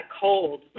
cold